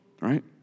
right